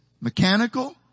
mechanical